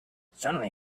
suddenly